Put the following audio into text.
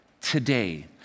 today